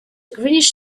greenish